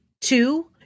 Two